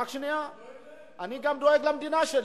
רק שנייה, אני גם דואג למדינה שלי.